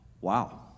Wow